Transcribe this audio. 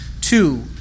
Two